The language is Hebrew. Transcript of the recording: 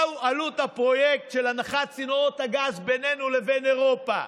מה עלות הפרויקט של הנחת צינורות הגז בינינו לבין אירופה?